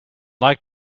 like